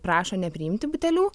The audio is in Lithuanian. prašo nepriimti butelių